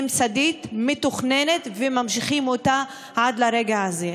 ממסדית, מתוכננת, וממשיכים אותה עד לרגע הזה.